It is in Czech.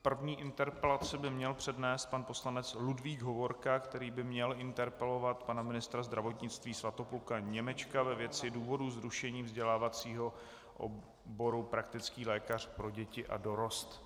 První interpelaci by měl přednést pan poslanec Ludvík Hovorka, který by měl interpelovat pana ministra zdravotnictví Svatopluka Němečka ve věci důvodů zrušení vzdělávacího oboru praktický lékař pro děti a dorost.